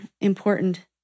important